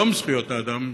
יום זכויות האדם,